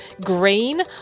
green